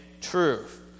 truth